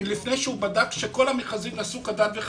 לפני שהוא בודק שכל המכרזים נעשו כדת וכדין,